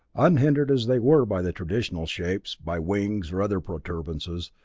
unhindered as they were by the traditional shapes, by wings or other protuberances,